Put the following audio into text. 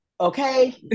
Okay